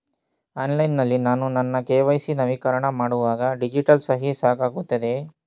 Online ನಲ್ಲಿ ನಾನು ನನ್ನ ಕೆ.ವೈ.ಸಿ ನವೀಕರಣ ಮಾಡುವಾಗ ಡಿಜಿಟಲ್ ಸಹಿ ಸಾಕಾಗುತ್ತದೆಯೇ?